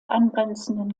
angrenzenden